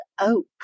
Oak